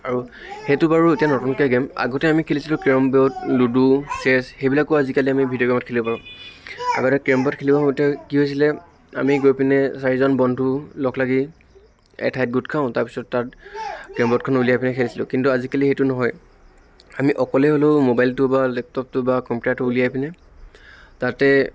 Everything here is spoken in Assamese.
আৰু সেইটো বাৰু এতিয়া নতুনকে গেম আগতে আমি খেলিছিলোঁ কেৰম ব'ৰ্ড লুডু চেছ সেইবিলাকো আজিকালি আমি ভিডিঅ' গেমত খেলিব পাৰোঁ আগতে কেৰম ব'ৰ্ড খেলিব হওঁতে কি হৈছিলে আমি গৈ পিনে চাৰিজন বন্ধু লগ লাগি এঠাইত গোট খাওঁ তাৰপিছত তাত কেৰম ব'ৰ্ডখন উলিয়াই পিনি খেলিছিলোঁ কিন্তু আজিকালি সেইটো নহয় আমি অকলে হ'লেও ম'বাইলটো বা লেপটপটো বা কম্পিউটাৰটো উলিয়াই পিনে তাতে